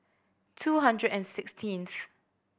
two hundred and sixteenth